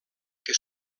que